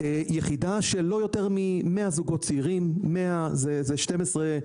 יחידה של לא יותר מ-100 זוגות צעירים, זה 14,